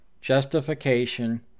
Justification